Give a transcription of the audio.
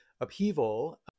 upheaval